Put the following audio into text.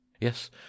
Yes